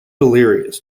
delirious